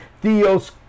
Theos